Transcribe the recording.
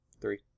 three